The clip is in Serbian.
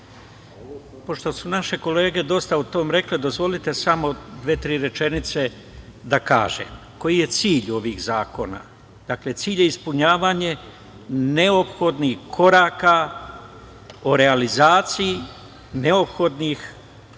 Pošto su naše kolege dosta o tome rekli, dozvolite da kažem samo dve, tri rečenice da kažem koji je cilj ovih zakona. Cilj je ispunjavanje neophodnih koraka o realizaciji neophodnih